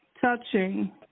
touching